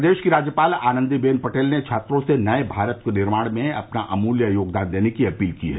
प्रदेश की राज्यपाल आनंदी बेन पटेल ने छात्रों से नये भारत के निर्माण में अपना अमुल्य योगदान देने की अपील की है